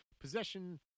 possession